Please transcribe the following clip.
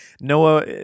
Noah